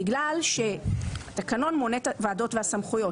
בגלל שהתקנון מונה את הוועדות והסמכויות,